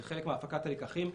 זה חלק מהפקת הלקחים.